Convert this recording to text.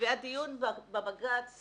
והדיון בבג"ץ